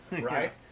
right